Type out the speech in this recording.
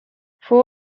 fue